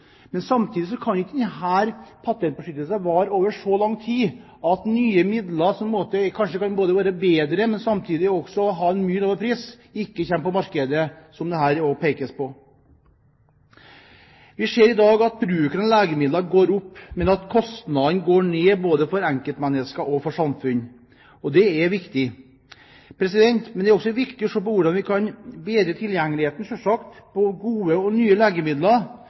ha en mye lavere pris, ikke kommer på markedet – som det også pekes på. Vi ser i dag at bruken av legemidler går opp, men at kostnadene går ned både for enkeltmennesker og for samfunnet, og det er viktig. Det er også viktig å se på hvordan vi kan bedre tilgjengeligheten av gode og nye legemidler,